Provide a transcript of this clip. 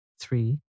three